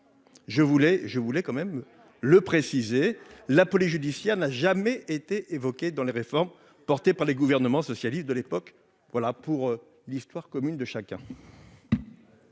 je voulais quand même le préciser, la police judiciaire n'a jamais été évoquée dans les réformes portées par les gouvernements socialistes de l'époque, voilà pour l'histoire commune de chacun.